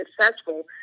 successful